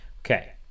okay